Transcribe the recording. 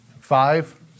five